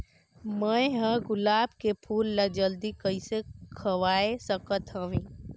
मैं ह गुलाब के फूल ला जल्दी कइसे खवाय सकथ हवे?